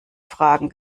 fragen